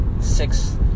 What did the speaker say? Six